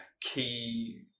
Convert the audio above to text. key